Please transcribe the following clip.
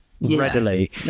readily